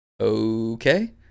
Okay